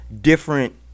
different